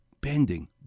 bending